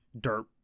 dirt